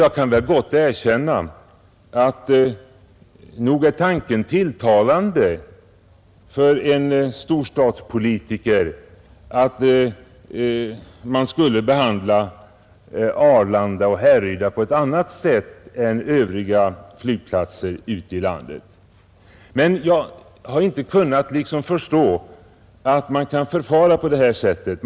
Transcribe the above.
Jag kan väl gott erkänna att det för en storstadspolitiker är en tilltalande tanke att man skulle behandla Arlanda och Härryda på ett annat sätt än övriga flygplatser ute i landet. Men jag kan inte förstå att man kan förfara på det sättet.